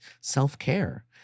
self-care